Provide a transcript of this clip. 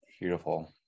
beautiful